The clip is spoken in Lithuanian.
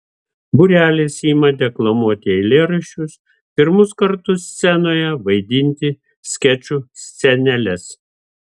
būrelis ima deklamuoti eilėraščius pirmus kartus scenoje vaidinti skečų sceneles